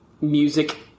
music